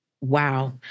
wow